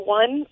one